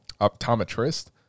optometrist